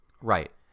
right